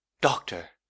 doctor